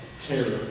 terror